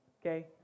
Okay